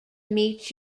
meet